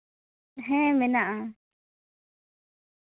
ᱦᱮᱸ ᱢᱮᱱᱟᱜᱼᱟ